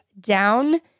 down